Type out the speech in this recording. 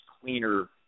cleaner